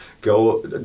go